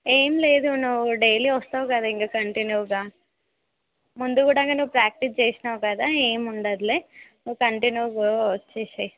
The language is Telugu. ఏమి లేదు నువ్వు డైలీ వస్తావు కదా ఇంకా కంటిన్యూగా ముందు కూడా నువ్వు ప్రాక్టీస్ చేసినావు కదా ఏమి ఉండదు నువ్వు కంటిన్యూగా వచ్చేయ్యి